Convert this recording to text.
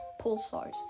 pulsars